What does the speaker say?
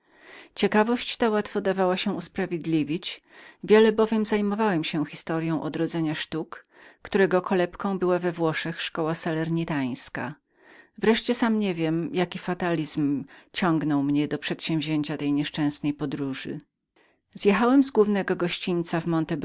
ciekawość ta łatwo dawała się usprawiedliwić długo pracowałem nad historyą odrodzenia sztuk których salerno we włoszech było niegdyś kolebką wreszcie sam niewiem jaki fatalizm ciągnął mnie do przedsięwzięcia tej nieszczęsnej podróży zjechałem z głównego gościńca